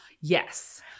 Yes